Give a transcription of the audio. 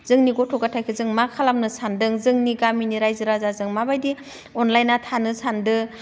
जोंनि गथ' गथाइखो जों मा खालामनो सान्दों जोंनि गामिनि राइजो राजाजों माबायदि अनलायना थानो सान्दों